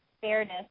fairness